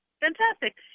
Fantastic